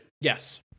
Yes